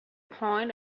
point